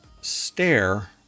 stare